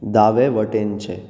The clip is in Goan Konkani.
दावें वटेनचें